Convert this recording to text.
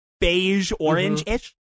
beige-orange-ish